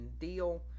deal